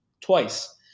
twice